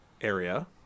area